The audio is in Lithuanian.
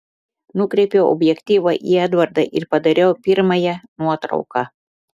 nukreipiau objektyvą į edvardą ir padariau pirmąją nuotrauką